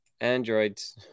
androids